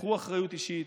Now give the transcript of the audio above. קחו אחריות אישית,